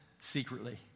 Secretly